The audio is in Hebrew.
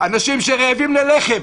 אנשים שרעבים ללחם.